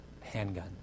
handgun